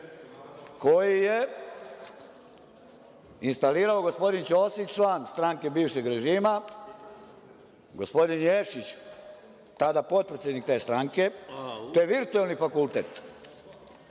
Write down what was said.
koji je instalirao gospodin Ćosić, član stranke bivšeg režima, gospodin Ješić, tada potpredsednik te stranke. To je virtuelni fakultet,